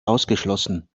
ausgeschlossen